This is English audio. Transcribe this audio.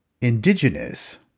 indigenous